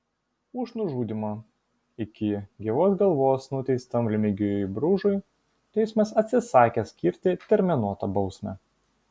už nužudymą iki gyvos galvos nuteistam remigijui bružui teismas atsisakė skirti terminuotą bausmę